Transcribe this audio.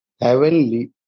heavenly